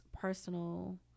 personal